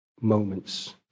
moments